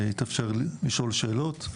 התאפשר לשאול שאלות.